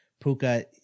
Puka